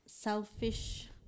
Selfish